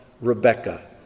Rebecca